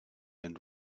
and